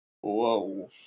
Whoa